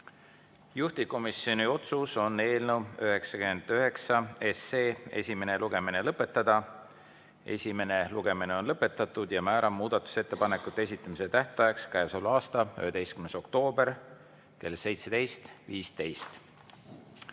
Juhtivkomisjoni otsus on eelnõu 99 esimene lugemine lõpetada. Esimene lugemine on lõpetatud ja määran muudatusettepanekute esitamise tähtajaks käesoleva aasta 11. oktoobri kell 17.15.